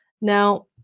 Now